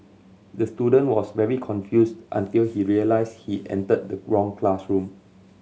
the student was very confused until he realised he entered the wrong classroom